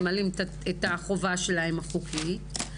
ממלאים את החובה החוקית שלהם,